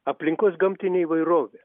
aplinkos gamtinė įvairovė